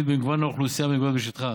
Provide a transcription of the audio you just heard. ובמגוון האוכלוסייה המתגוררת בשטחה.